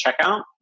checkout